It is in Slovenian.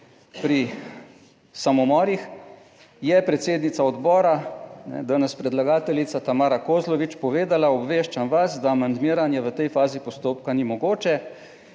pri samomorih je predsednica odbora, danes predlagateljica Tamara Kozlovič povedala, obveščam vas, da amandmiranje v tej fazi postopka ni mogoče,